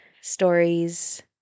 stories